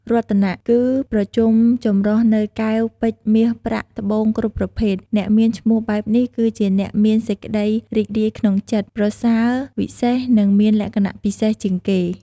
រតនៈ គឺប្រជុំចម្រុះនូវ កែវ ពេជ្យ មាស ប្រាក់ ត្បូងគ្រប់ប្រភេទ។អ្នកមានឈ្មោះបែបនេះគឺជាអ្នកមានសេចក្តីរីករាយក្នុងចិត្ត ប្រសើរវិសេសនិងមានលក្ខណៈពិសេសជាងគេ។